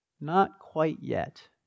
not-quite-yet